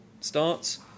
starts